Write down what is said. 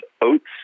oats